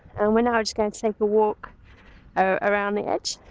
and we're now just going to take a walk around the edge.